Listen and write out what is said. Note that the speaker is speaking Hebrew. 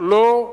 לא.